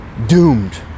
doomed